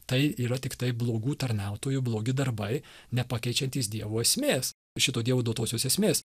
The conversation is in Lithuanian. tai yra tiktai blogų tarnautojų blogi darbai nepakeičiantys dievo esmės šito dievo duotosios esmės